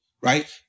right